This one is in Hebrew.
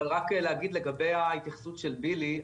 רק להגיד לגבי ההתייחסות של בילי.